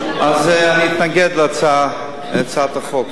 אז אני אתנגד להצעת החוק.